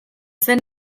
zen